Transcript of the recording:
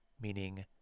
meaning